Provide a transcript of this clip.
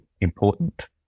important